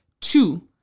Two